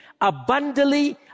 abundantly